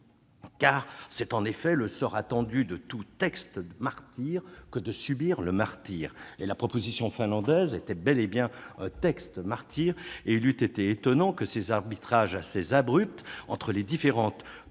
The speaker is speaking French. C'est en effet le sort attendu de tout « texte martyr » que de subir le martyre. Or la proposition finlandaise était bel et bien un texte martyr, et il eût été étonnant que ses arbitrages assez abrupts entre les différentes politiques